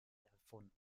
erfunden